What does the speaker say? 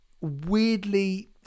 weirdly